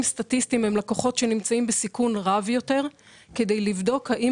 סטטיסטיים הם לקוחות שנמצאים בסיכון גבוה יותר כדי לבדוק האם